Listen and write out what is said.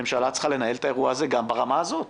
הממשלה צריכה לנהל את האירוע הזה גם ברמה הזאת,